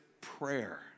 prayer